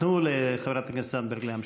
תנו לחברת הכנסת זנדברג להמשיך.